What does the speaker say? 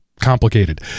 complicated